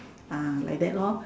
ah like that lor